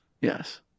Yes